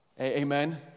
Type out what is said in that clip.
Amen